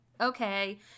okay